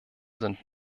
sind